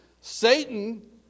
Satan